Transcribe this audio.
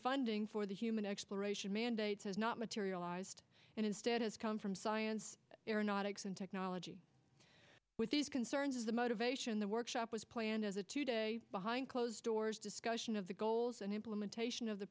funding for the human exploration mandates has not materialized and instead has come from science aeronautics and technology with these concerns is the motivation the workshop was planned as a two day behind closed doors discussion of the goals and implementation of the